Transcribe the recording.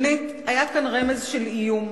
שנית, היה כאן רמז של איום: